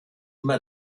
immer